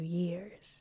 years